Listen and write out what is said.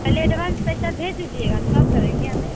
पहले एडवांस पैसा भेज दिजिएगा तब करेंगे हम